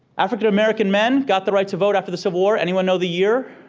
african american men got the right to vote after the civil war. anyone know the year?